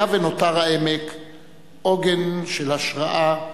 היה ונותר העמק עוגן של השראה,